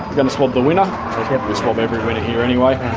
going to swab the winner. we swab every winner here anyway.